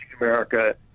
America